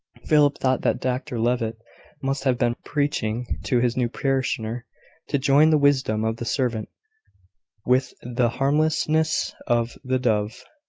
philip thought that dr levitt must have been preaching to his new parishioner to join the wisdom of the serpent with the harmlessness of the dove.